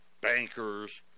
Bankers